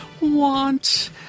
Want